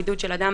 (בידוד של אדם